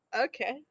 Okay